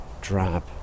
drab